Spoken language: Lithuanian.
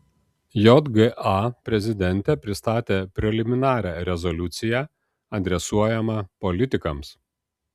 jga prezidentė pristatė preliminarią rezoliuciją adresuojamą politikams